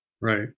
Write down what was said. Right